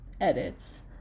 edits